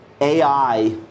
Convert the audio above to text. AI